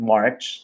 March